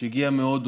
שהגיע מהודו,